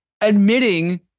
admitting